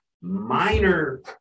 minor